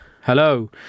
Hello